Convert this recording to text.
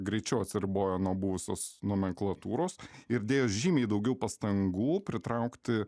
greičiau atsiribojo nuo buvusios nomenklatūros ir dėjo žymiai daugiau pastangų pritraukti